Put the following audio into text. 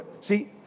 See